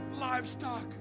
livestock